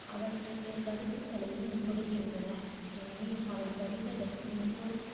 அவற்றுக்கு கருத்துக்களையும் கொடுக்கின்றன எனவே அவை படிப்பதற்கு மிகவும்